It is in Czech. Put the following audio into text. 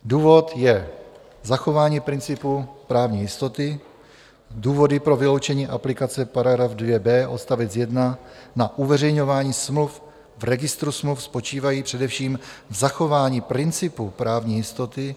Důvod je zachování principu právní jistoty, důvody pro vyloučení aplikace § 2b odst. 1 na uveřejňování smluv v registru smluv spočívají především v zachování principu právní jistoty.